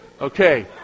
Okay